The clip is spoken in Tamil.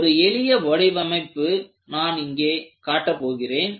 ஒரு எளிய வடிவமைப்பு நான் இங்கே காட்டப் போகிறேன்